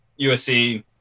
USC